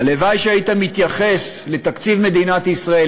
הלוואי שהיית מתייחס לתקציב מדינת ישראל,